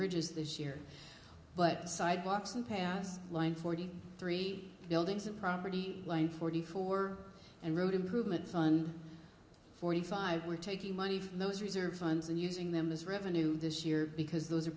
bridges this year but sidewalks and pass line forty three buildings and property line forty four and road improvements on forty five we're taking money from those reserve funds and using them as revenue this year because those are